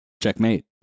Checkmate